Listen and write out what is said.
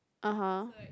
(uh huh)